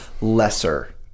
lesser